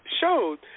showed